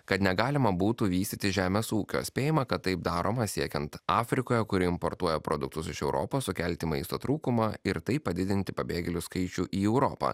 kad negalima būtų vystyti žemės ūkio spėjama kad taip daroma siekiant afrikoje kuri importuoja produktus iš europos sukelti maisto trūkumą ir taip padidinti pabėgėlių skaičių į europą